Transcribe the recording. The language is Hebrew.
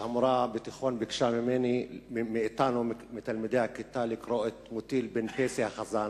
שהמורה בתיכון ביקשה מתלמיד הכיתה לקרוא את "מוטל בן פייסי החזן".